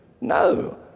No